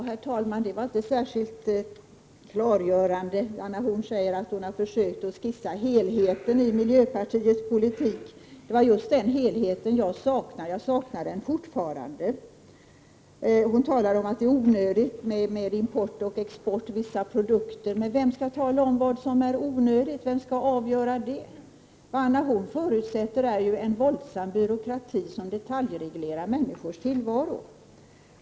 Herr talman! Det var inte särskilt klargörande. Anna Horn af Rantzien säger att hon har försökt skissera helheten i miljöpartiets politik. Det var just den helheten jag saknade, och jag saknar den fortfarande. Anna Horn af Rantzien talar om att det är onödigt med export och import av vissa produkter. Men vem skall tala om vad som är onödigt? Vem skall avgöra det? Vad Anna Horn af Rantzien förutsätter är ju en våldsam byråkrati, som detaljreglerar människors tillvaro.